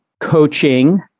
coaching